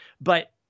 but-